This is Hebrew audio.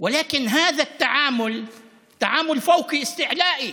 הוציאה חללית למאדים,